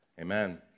amen